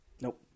Nope